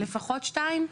לפחות שתיים?